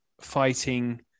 fighting